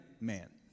man